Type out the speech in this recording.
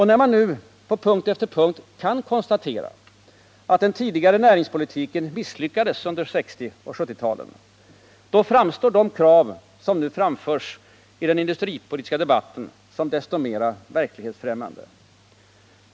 När man på punkt efter punkt kan konstatera att den tidigare näringspolitiken misslyckades under 1960 och 1970-talen, framstår de krav som framförs i den industripolitiska debatten som desto mer verklighetsfrämmande.